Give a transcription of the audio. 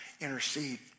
intercede